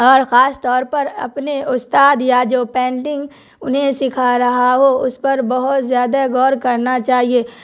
اور خاص طور پر اپنے استاد یا جو پینٹنگ انہیں سکھا رہا ہو اس پر بہت زیادہ غور کرنا چاہیے